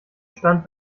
stand